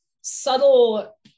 subtle